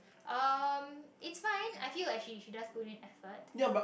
um it's fine I feel like she she does put in effort